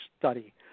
study